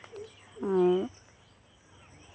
ᱚᱸ